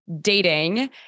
dating